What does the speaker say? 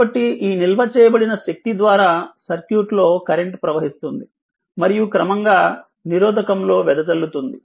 కాబట్టి ఈ నిల్వ చేయబడిన శక్తి ద్వారా సర్క్యూట్లో కరెంట్ ప్రవహిస్తుంది మరియు క్రమంగా నిరోధకంలో వెదజల్లుతుంది